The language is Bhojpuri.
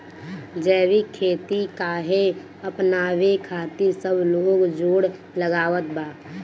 जैविक खेती काहे अपनावे खातिर सब लोग जोड़ लगावत बा?